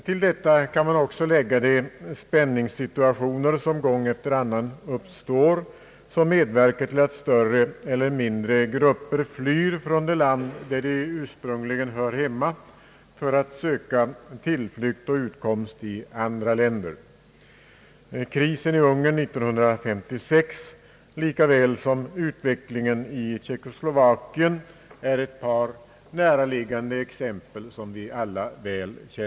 Till detta kan man också lägga de spänningssituationer som gång efter annan uppstår och som medverkar till att större eller mindre grupper flyr från det land där de ursprungligen hör hemma för att söka tillflykt och utkomst i andra länder. Krisen i Ungern år 1956 lika väl som utvecklingen i Tjeckoslovakien är ett par näraliggande exempel som vi alla känner väl till.